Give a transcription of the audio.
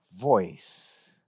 voice